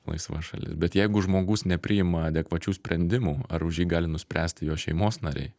laisva šalis bet jeigu žmogus nepriima adekvačių sprendimų ar už jį gali nuspręsti jo šeimos nariai